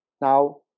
Now